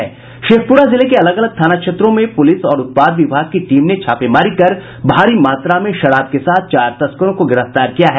शेखप्ररा जिले के अलग अलग थाना क्षेत्रों में पूलिस और उत्पाद विभाग की टीम ने छापेमारी कर भारी मात्रा में शराब के साथ चार तस्करों को गिरफ्तार किया है